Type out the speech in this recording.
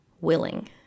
willing